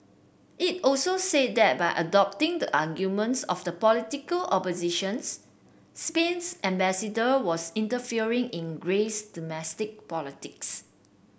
it also said that by adopting the arguments of the political oppositions Spain's ambassador was interfering in Greece domestic politics